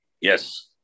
Yes